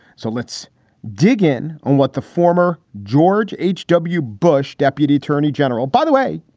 so let's dig in on what the former george h w. bush deputy attorney general, by the way,